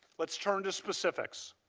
let's turn to specifics.